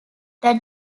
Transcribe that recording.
that